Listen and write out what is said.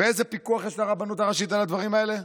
ואיזה פיקוח יש לרבנות הראשית על הדברים האלה?